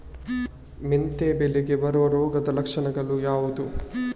ಮೆಂತೆ ಬೆಳೆಗೆ ಬರುವ ರೋಗದ ಲಕ್ಷಣಗಳು ಯಾವುದು?